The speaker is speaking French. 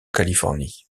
californie